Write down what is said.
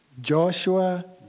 Joshua